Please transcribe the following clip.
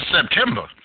September